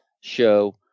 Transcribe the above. show